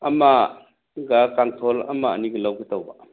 ꯑꯃꯒ ꯀꯥꯡꯊꯣꯜ ꯑꯃ ꯑꯅꯤꯒ ꯂꯧꯒꯦ ꯇꯧꯕ